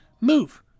move